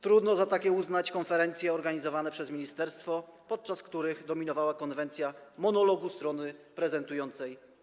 Trudno za takie uznać konferencje organizowane przez ministerstwo, podczas których dominowała konwencja monologu strony prezentującej.